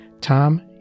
Tom